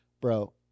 bro